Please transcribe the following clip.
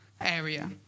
area